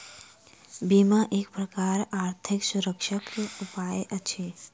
बीमा एक प्रकारक आर्थिक सुरक्षाक उपाय अछि